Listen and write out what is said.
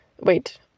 wait